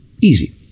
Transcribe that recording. Easy